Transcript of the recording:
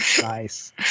Nice